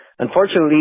Unfortunately